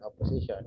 opposition